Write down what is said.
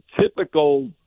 typical